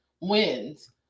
wins